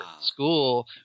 school